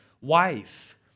wife